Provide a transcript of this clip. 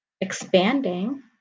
expanding